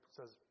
says